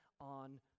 on